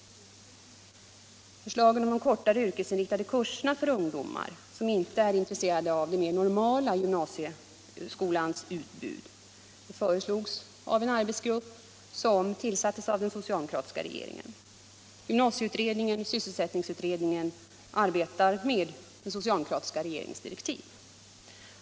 Förslag om kortare yrkesinriktade kurser för ungdomar som inte är intresserade av den mer normala gymnasieskolans utbud föreslogs av en arbetsgrupp som tillsattes av den socialdemokratiska regeringen. Gymnasieutredningen och sysselsättningsutredningen arbetar med den socialdemokratiska regeringens direktiv.